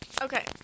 Okay